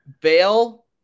Bale